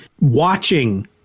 watching